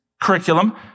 curriculum